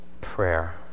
prayer